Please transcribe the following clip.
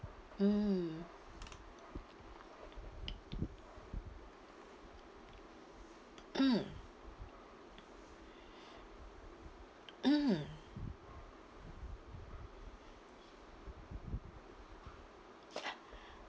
mm mm mm